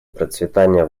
процветания